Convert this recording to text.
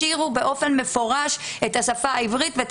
השאירו באופן מפורש את השפה העברית ואת